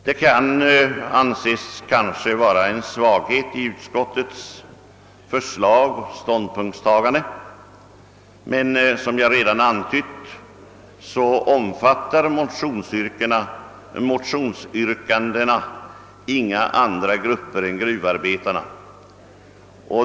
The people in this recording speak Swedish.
Det kan kanske anses vara en svaghet i utskottets förslag och ståndpunktstagande, men som jag redan antytt omfattar motionsyrkandena inga andra grupper än gruvarbetarna.